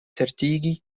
certigi